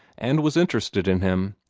and was interested in him,